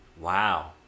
Wow